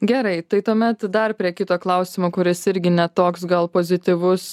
gerai tai tuomet dar prie kito klausimo kuris irgi ne toks gal pozityvus